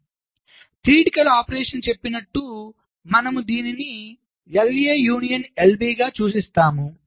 సైద్ధాంతిక కార్యకలాపాలు చెప్పినట్లు మనము దీనిని LA యూనియన్ LB సూచిస్తాము